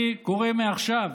אני קורא מעכשיו